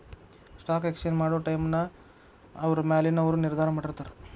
stock exchange ಮಾಡೊ ಟೈಮ್ನ ಅವ್ರ ಮ್ಯಾಲಿನವರು ನಿರ್ಧಾರ ಮಾಡಿರ್ತಾರ